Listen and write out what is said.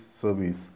service